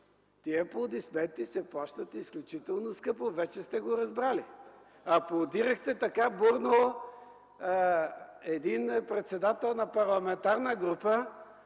аплодисменти се плащат изключително скъпо – вече сте го разбрали! Аплодирахте така бурно един председател на парламентарна група,